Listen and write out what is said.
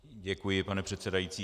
Děkuji, pane předsedající.